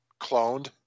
cloned